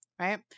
right